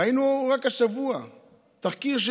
ראינו רק השבוע תחקיר,